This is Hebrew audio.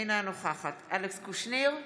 אינה נוכחת אלכס קושניר,